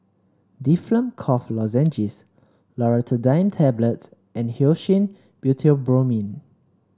Difflam Cough Lozenges Loratadine Tablets and Hyoscine Butylbromide